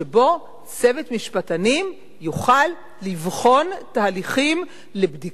צוות משפטנים יוכל לבחון תהליכים לבדיקה,